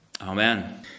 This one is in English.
Amen